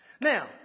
Now